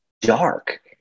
dark